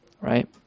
right